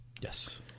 Yes